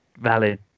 valid